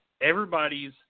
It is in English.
everybody's